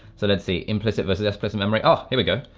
so, let's see implicit versus explicit memory. ah, here we go.